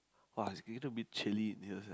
!wah! it's getting a bit chilly in here sia